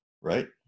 right